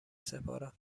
سپارم